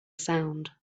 sound